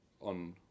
on